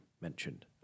mentioned